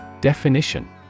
Definition